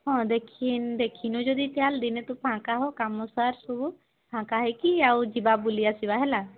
ହଁ ଦେଖି ଦେଖିନୁ ଯଦି ଚାଲ ଦିନେ ତୁ ଫାଙ୍କା ହ କାମ ସାର ସବୁ ଫାଙ୍କା ହେଇକି ଆଉ ଯିବା ବୁଲି ଆସିବା ହେଲା